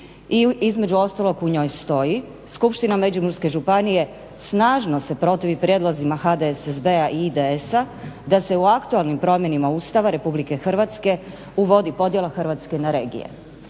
između ostalog u njoj stoji Skupština međimurske županije snažno se protivi prijedlozima HDSSB-a i IDS-a da se u aktualnim promjenama Ustava RH uvodi podjela Hrvatske na regije.